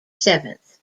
seventh